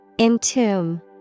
Entomb